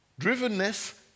drivenness